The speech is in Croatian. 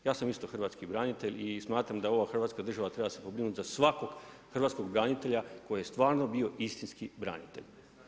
Ja sam isto hrvatski branitelj i smatram da ova Hrvatska država treba se pobrinuti za svakog hrvatskog branitelja koji je stvarno bio istinski branitelj.